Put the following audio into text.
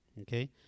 Okay